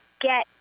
get